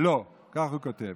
לא, כך הוא כותב.